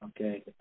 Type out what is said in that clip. okay